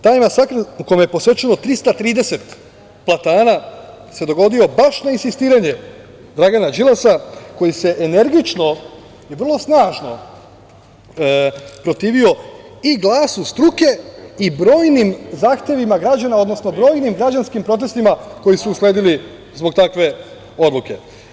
Taj masakr u kome je posečeno 330 platana se dogodio baš na insistiranje Dragana Đilasa, koji se energično i vrlo snažno protivio i glasu struke i brojnim zahtevima građana, odnosno brojnim građanskim protestima koji su usledili zbog takve odluke.